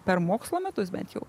per mokslo metus bent jau